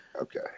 Okay